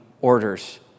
orders